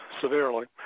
severely